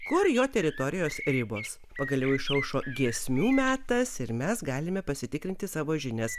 kur jo teritorijos ribos pagaliau išaušo giesmių metas ir mes galime pasitikrinti savo žinias